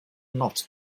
not